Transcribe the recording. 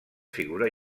figura